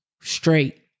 straight